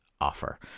offer